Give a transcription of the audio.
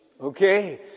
okay